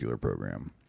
program